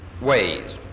ways